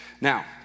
Now